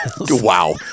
Wow